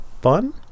fun